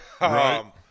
Right